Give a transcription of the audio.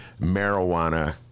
marijuana